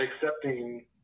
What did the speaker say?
accepting